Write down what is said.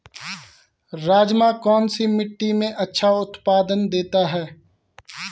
राजमा कौन सी मिट्टी में अच्छा उत्पादन देता है?